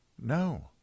no